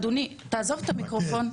אדוני, תעזוב את המיקרופון,